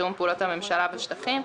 תיאום פעולות הממשלה בשטחים,